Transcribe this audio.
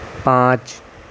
پانچ